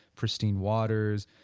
pristine waters,